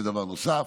זה דבר נוסף.